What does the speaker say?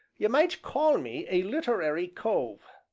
you might call me a literary cove.